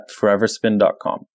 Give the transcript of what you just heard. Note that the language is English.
foreverspin.com